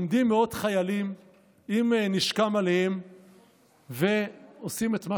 עומדים מאות חיילים עם נשקם עליהם ועושים את מה